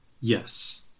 Yes